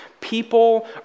People